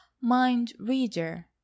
mind-reader